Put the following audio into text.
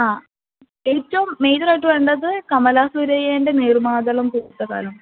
ആ ഏറ്റവും മേജറായിട്ട് വേണ്ടത് കമലാ സുരയ്യേൻ്റെ നീർമാതളം പൂത്തകാലം